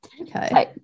Okay